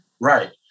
Right